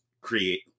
create